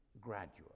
gradual